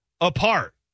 apart